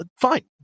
fine